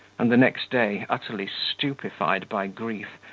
and the next day, utterly stupefied by grief,